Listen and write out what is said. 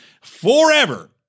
forever